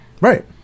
Right